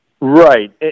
Right